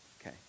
okay